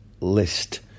list